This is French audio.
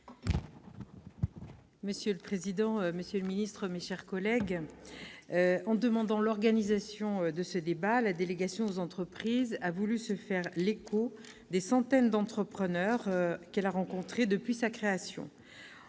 Monsieur le président, monsieur le secrétaire d'État, mes chers collègues, en demandant l'organisation de ce débat, la délégation aux entreprises a voulu se faire l'écho des centaines d'entrepreneurs qu'elle a rencontrés depuis sa création.